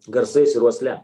garsais ir uosle